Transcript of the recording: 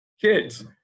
kids